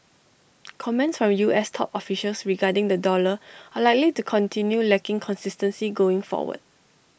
comments from U S top officials regarding the dollar are likely to continue lacking consistency going forward